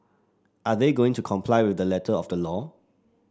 are they going to comply with the letter of the law